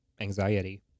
anxiety